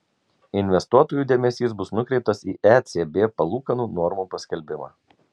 investuotojų dėmesys bus nukreiptas į ecb palūkanų normų paskelbimą